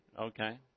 okay